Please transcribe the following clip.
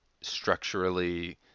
structurally